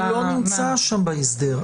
הוא לא נמצא שם בהסדר.